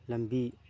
ꯂꯝꯕꯤ